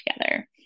together